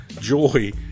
joy